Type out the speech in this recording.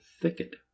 thicket